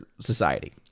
society